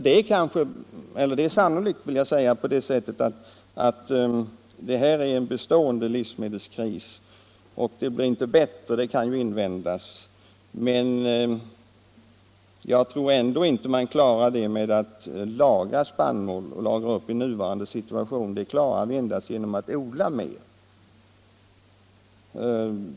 Det är sannolikt att livsmedelskrisen är bestående, och det kan invändas att situationen inte blir bättre, men jag tror ändå inte man klarar den genom att nu lagra mer spannmål utan genom att odla mer.